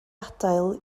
adael